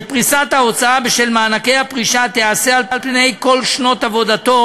שפריסת ההוצאה בשל מענקי פרישה תיעשה על-פני כל שנות עבודתו